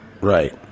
right